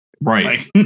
Right